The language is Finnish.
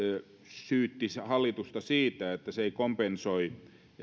syytti hallitusta siitä että se ei kompensoi